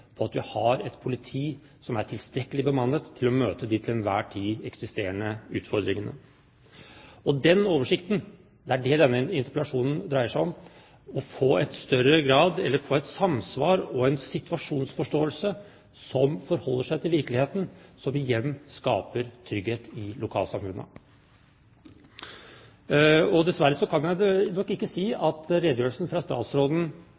for at vi har et politi som er tilstrekkelig bemannet til å møte de til enhver tid eksisterende utfordringene. Den oversikten er det denne interpellasjonen dreier seg om, å få en situasjonsforståelse som forholder seg til virkeligheten slik at vi igjen skaper trygghet i lokalsamfunnene. Dessverre kan jeg nok ikke si at redegjørelsen fra statsråden